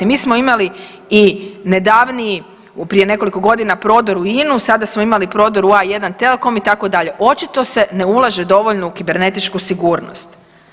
Mi smo imali i nedavniji u prije nekoliko godina prodor u INA-u, sada smo imali prodor u A1 telekom itd., očito se ne ulaže dovoljno u kibernetičku sigurnost.